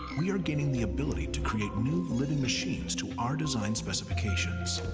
we are gaining the ability to create new living machines to our design specifications.